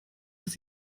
dass